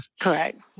correct